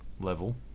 level